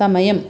సమయం